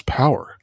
power